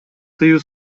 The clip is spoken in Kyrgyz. тыюу